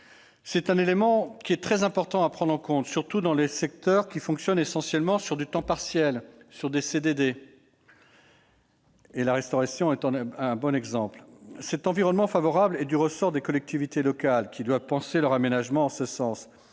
C'est un élément très important à prendre en compte, surtout pour les secteurs qui fonctionnent essentiellement en temps partiel et en CDD. La restauration est, de ce point de vue, un bon exemple. Cet environnement favorable est du ressort des collectivités locales, qui doivent penser leur aménagement en ce sens.